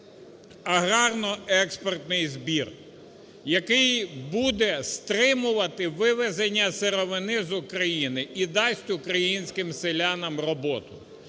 аграрно-експортний збір, який буде стримувати вивезення сировини з України і дасть українським селянам роботу.